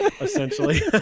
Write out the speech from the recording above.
essentially